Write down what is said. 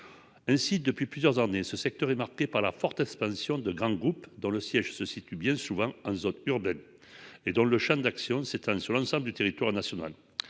Incite depuis plusieurs années, ce secteur est marqué par la forte expansion de grands groupes, dont le siège se situe bien souvent en zone urbaine. Et dans le Champ d'action s'étend sur l'ensemble du territoire national.